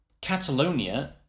catalonia